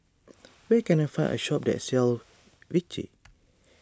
where can I find a shop that sells Vichy